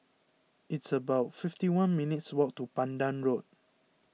it's about fifty one minutes' walk to Pandan Road